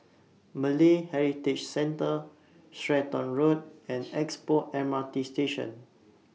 Malay Heritage Centre Stratton Road and Expo M R T Station